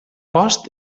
post